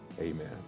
Amen